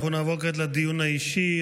אנחנו נעבור כעת לדיון האישי.